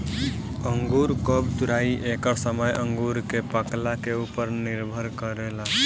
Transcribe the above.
अंगूर कब तुराई एकर समय अंगूर के पाकला के उपर निर्भर करेला